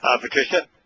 Patricia